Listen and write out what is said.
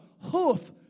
hoof